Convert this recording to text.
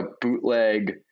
bootleg